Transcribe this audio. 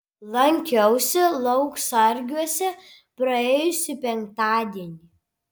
lankiausi lauksargiuose praėjusį penktadienį